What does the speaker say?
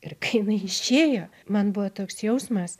ir kai jinai išėjo man buvo toks jausmas